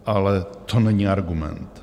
Ale to není argument.